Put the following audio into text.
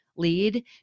lead